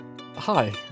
Hi